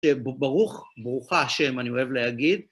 ברוך, ברוכה השם, אני אוהב להגיד.